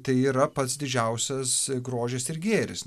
tai yra pats didžiausias grožis ir gėris